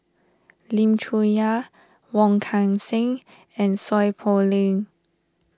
Lim Chong Yah Wong Kan Seng and Seow Poh Leng